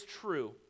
true